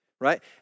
right